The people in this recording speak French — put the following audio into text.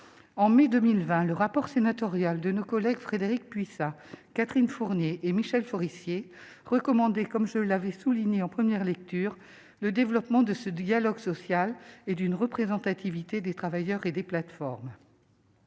le cadre de leur rapport sénatorial, nos collègues Frédérique Puissat, Catherine Fournier et Michel Forissier recommandaient, comme je l'avais souligné en première lecture, le développement de ce dialogue social au travers d'une meilleure représentation des travailleurs et des plateformes.